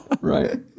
Right